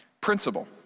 principle